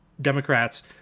Democrats